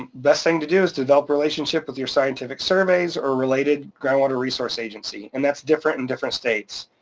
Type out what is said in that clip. best thing to do is develop relationships with your scientific surveys or related groundwater resource agency, and that's different in different states.